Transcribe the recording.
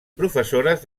professores